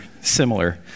similar